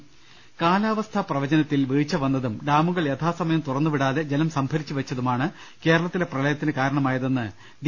്്്്്്് കാലാവസ്ഥ പ്രവചനത്തിൽ വീഴ്ച വന്നതും ഡാമുകൾ യഥാസമയം തുറന്നു വിടാതെ ജലം സംഭരിച്ചുവെച്ചതുമാണ് കേരളത്തിലെ പ്രളയത്തിന് കാര ണമായതെന്ന് ഡി